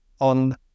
on